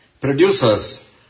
Producers